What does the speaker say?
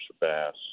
bass